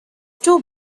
too